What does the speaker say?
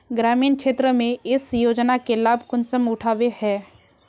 ग्रामीण क्षेत्र में इस योजना के लाभ कुंसम उठावे है?